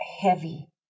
heavy